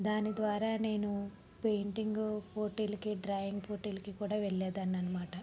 దాని ద్వారా నేను పెయింటింగు పోటీలకి డ్రాయింగ్ పోటీలకి కూడా వెళ్ళేదాన్ని అన్నమాట